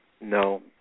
No